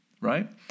right